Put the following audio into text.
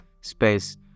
space